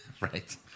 Right